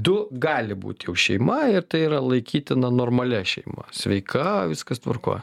du gali būti šeima ir tai yra laikytina normalia šeima sveika viskas tvarkoj